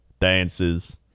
dances